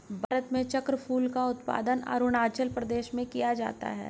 भारत में चक्रफूल का उत्पादन अरूणाचल प्रदेश में किया जाता है